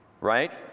Right